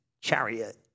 chariot